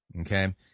okay